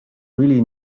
really